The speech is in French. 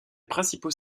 principaux